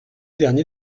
dernier